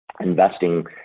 investing